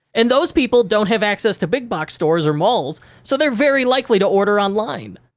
and, those people don't have access to big-box stores or malls, so they're very likely to order online.